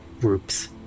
groups